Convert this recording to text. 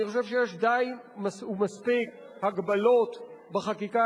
אני חושב שיש די ומספיק הגבלות בחקיקה